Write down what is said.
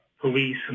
police